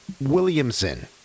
Williamson